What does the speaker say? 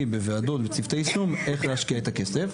בוועדות וצוותי יישום איך להשקיע את הכסף,